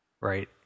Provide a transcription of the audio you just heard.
right